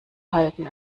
halten